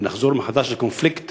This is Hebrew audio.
ונחזור מחדש לקונפליקט